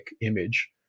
image